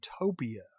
utopia